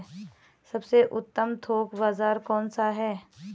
सबसे उत्तम थोक बाज़ार कौन सा है?